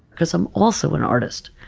because i'm also an artist.